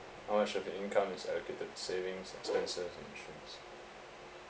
how much of your income is allocated to savings expenses and insurance